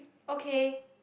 okay